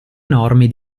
enormi